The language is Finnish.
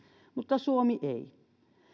mutta suomi ei